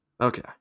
Okay